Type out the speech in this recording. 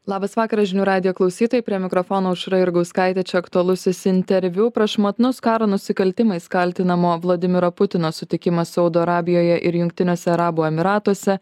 labas vakaras žinių radijo klausytojai prie mikrofono aušra jurgauskaitė čia aktualusis interviu prašmatnus karo nusikaltimais kaltinamo vladimiro putino sutikimas saudo arabijoje ir jungtiniuose arabų emyratuose